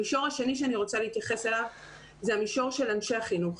המישור השני שאני רוצה להתייחס אליו זה המישור של אנשי החינוך,